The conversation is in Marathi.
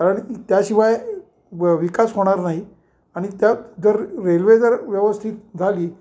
कारण त्याशिवाय व विकास होणार नाही आणि त्यात जर रेल्वे जर व्यवस्थित झाली